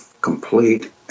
complete